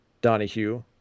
Donahue